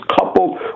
coupled